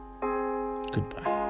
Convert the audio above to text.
Goodbye